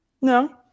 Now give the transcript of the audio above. No